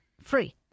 free